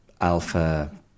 alpha